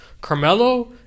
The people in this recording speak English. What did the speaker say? Carmelo